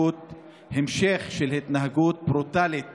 המשך של התנהגות ברוטלית